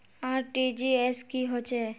RTGS की होचए?